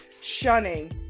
shunning